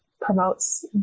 promotes